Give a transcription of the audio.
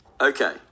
Okay